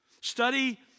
Study